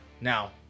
Now